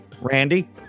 Randy